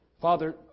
Father